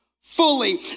fully